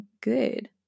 good